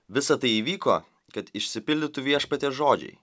visa tai įvyko kad išsipildytų viešpaties žodžiai